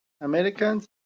Americans